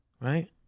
right